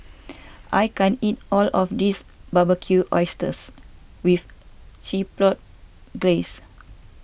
I can't eat all of this Barbecued Oysters with Chipotle Glaze